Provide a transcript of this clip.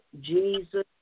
Jesus